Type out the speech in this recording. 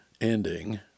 ending